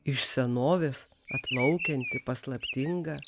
iš senovės atplaukianti paslaptinga